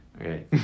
Okay